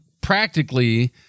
practically